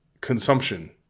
consumption